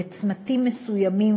בצמתים מסוימים,